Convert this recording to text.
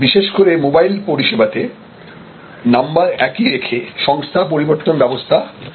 বিশেষ করে মোবাইল পরিষেবাতে নাম্বার একই রেখে সংস্থা পরিবর্তন ব্যাবস্থা চালু আছে